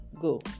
go